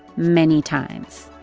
many times